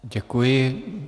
Děkuji.